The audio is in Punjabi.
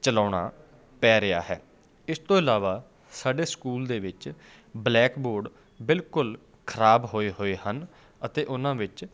ਚਲਾਉਣਾ ਪੈ ਰਿਹਾ ਹੈ ਇਸ ਤੋਂ ਇਲਾਵਾ ਸਾਡੇ ਸਕੂਲ ਦੇ ਵਿੱਚ ਬਲੈਕ ਬੋਰਡ ਬਿਲਕੁਲ ਖਰਾਬ ਹੋਏ ਹੋਏ ਹਨ ਅਤੇ ਉਹਨਾਂ ਵਿੱਚ